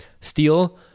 steel